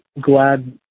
glad